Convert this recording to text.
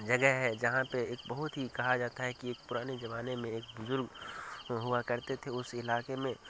جگہ ہے جہاں پہ ایک بہت ہی کہا جاتا ہے کہ ایک پرانے جمانے میں ایک بزرگ ہوا کرتے تھے اس علاکے میں